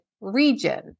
region